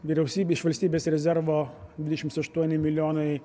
vyriausybė iš valstybės rezervo dvidešims aštuoni milijonai